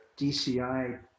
DCI